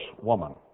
woman